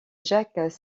jacques